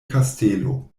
kastelo